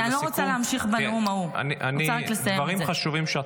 אני לא רוצה להמשיך בנאום ההוא.